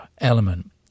element